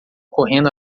correndo